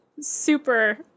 super